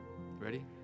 Ready